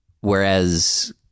Whereas